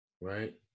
right